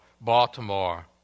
Baltimore